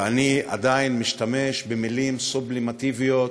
ואני עדיין משתמש במילים סובלימטיביות